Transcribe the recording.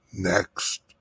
next